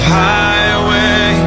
highway